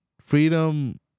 freedom